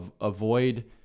avoid